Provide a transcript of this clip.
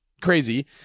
crazy